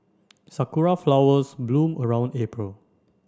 Sakura flowers bloom around April